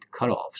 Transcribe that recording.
cutoffs